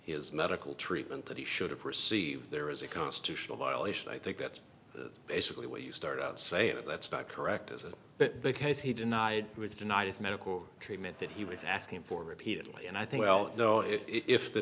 his medical treatment that he should have received there is a constitutional violation i think that's basically what you started out saying that that's not correct is it but because he denied he was denied his medical treatment that he was asking for repeatedly and i think well you know if the